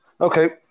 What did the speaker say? Okay